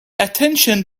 attention